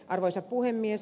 arvoisa puhemies